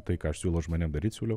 tai ką aš siūlau žmonėm daryt siūliau